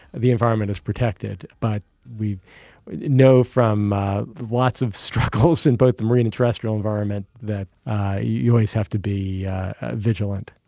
the environment is protected. but we know from lots of struggles in both the marine and terrestrial environment that you always have to be vigilant.